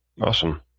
Awesome